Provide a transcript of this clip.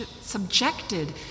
subjected